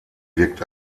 wirkt